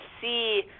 see